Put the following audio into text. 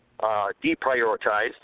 deprioritized